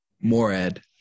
Morad